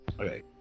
Okay